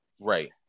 right